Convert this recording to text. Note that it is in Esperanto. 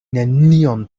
nenion